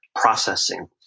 processing